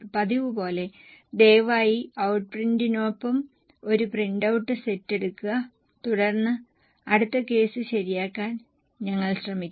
പതിവുപോലെ ദയവായി പ്രിന്റൌട്ടിനൊപ്പം ഒരു പ്രിന്റൌട്ട് സെറ്റ് എടുക്കുക തുടർന്ന് അടുത്ത കേസ് ശരിയാക്കാൻ ഞങ്ങൾ ശ്രമിക്കും